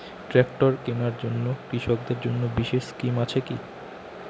Tractor কেনার জন্য কৃষকদের জন্য বিশেষ স্কিম আছে কি?